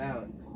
Alex